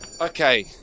Okay